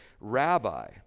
Rabbi